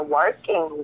working